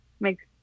makes –